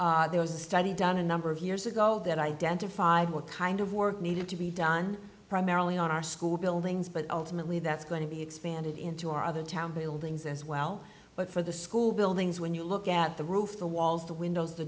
work there was a study done a number of years ago that identified what kind of work needed to be done primarily on our school buildings but ultimately that's going to be expanded into our other town buildings as well but for the school buildings when you look at the roof the walls the windows the